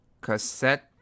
cassette